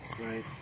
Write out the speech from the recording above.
Right